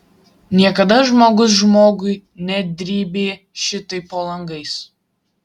niekada žmogus žmogui nedrėbė šitaip po langais